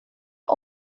har